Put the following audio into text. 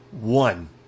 one